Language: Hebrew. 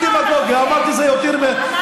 אז תגיד, תגיד, אנחנו, אמרתי, זה יותר מ-50.